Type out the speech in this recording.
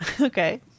okay